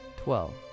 Twelve